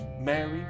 Mary